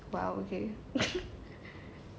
!wow! okay